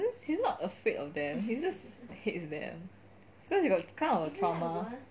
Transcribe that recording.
he's not afraid of them he just hates them because he got kind of trauma